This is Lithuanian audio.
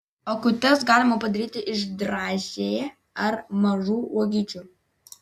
akutes galima padaryti iš dražė ar mažų uogyčių